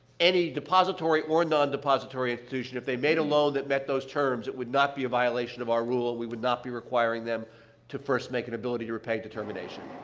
any depository or non-depository institution, if they made a loan that met those terms, it would not be a violation of our rule, and we would not be requiring them to first make an ability-to-repay determination.